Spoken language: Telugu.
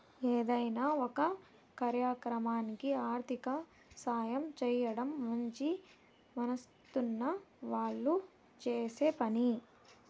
ఏదైనా ఒక కార్యక్రమానికి ఆర్థిక సాయం చేయడం మంచి మనసున్న వాళ్ళు చేసే పని